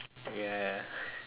ya